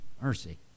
mercy